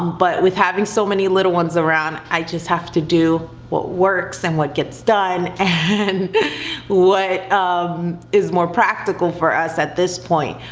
but with having so many little ones around, i just have to do what works, and what gets done, and what um is more practical for us at this point,